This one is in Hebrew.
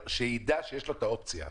שיידע שיש לו את האופציה הזאת.